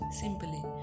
simply